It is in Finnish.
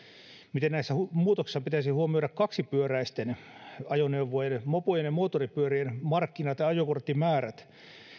miten näissä muutoksissa pitäisi huomioida kaksipyöräisten ajoneuvojen mopojen ja moottoripyörien markkinat ja ajokorttimäärät